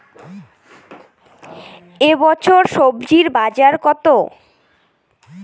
এ বছর স্বজি বাজার কত?